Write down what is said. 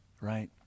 right